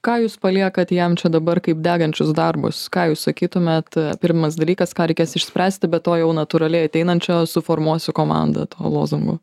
ką jūs paliekat jam čia dabar kaip degančius darbus ką jūs sakytumėt pirmas dalykas ką reikės išspręsti be to jau natūraliai ateinančio suformuosiu komandą to lozungo